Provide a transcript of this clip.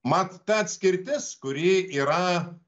mat ta atskirtis kuri yra